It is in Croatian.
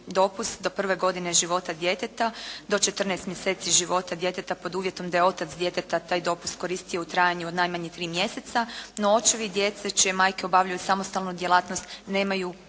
do prve godine života djeteta, do 14 mjeseci života djeteta pod uvjetom da je otac djeteta taj dopust koristio u trajanju od najmanje 3 mjeseca, no očevi djece čije majke obavljaju samostalnu djelatnost nemaju tu